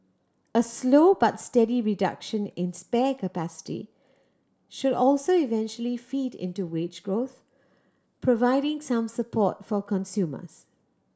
a slow but steady reduction in spare capacity should also eventually feed into wage growth providing some support for consumers